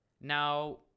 Now